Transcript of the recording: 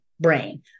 brain